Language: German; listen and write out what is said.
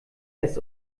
ist